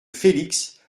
felix